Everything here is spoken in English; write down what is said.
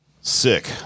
Sick